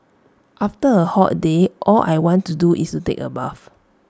after A hot day all I want to do is take A bath